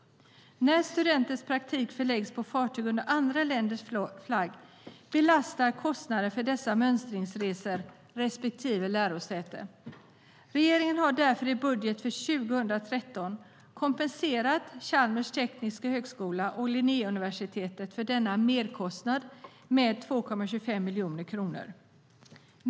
När studenters praktik förläggs på fartyg under andra länders flagg belastar kostnaden för dessa mönstringsresor respektive lärosäte. Regeringen har därför i budgeten för 2013 kompenserat Chalmers tekniska högskola och Linnéuniversitetet för denna merkostnad med 2,25 miljoner kronor.